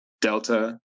Delta